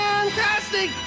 Fantastic